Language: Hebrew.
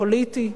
פוליטי.